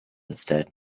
instead